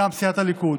מטעם סיעת הליכוד: